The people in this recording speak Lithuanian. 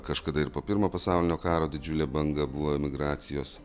kažkada ir po pirmo pasaulinio karo didžiulė banga buvo emigracijos